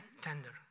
Tender